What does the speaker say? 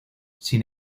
sin